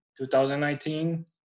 2019